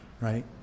right